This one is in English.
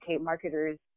marketers